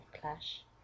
clash